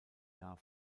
jahr